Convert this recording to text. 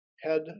head